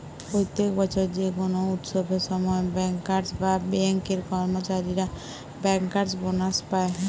প্রত্যেক বছর যে কোনো উৎসবের সময় বেঙ্কার্স বা বেঙ্ক এর কর্মচারীরা বেঙ্কার্স বোনাস পায়